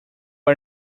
are